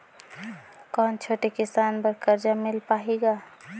कौन छोटे किसान बर कर्जा मिल पाही ग?